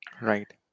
Right